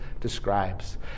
describes